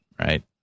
right